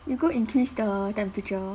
you go increase the temperature